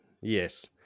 Yes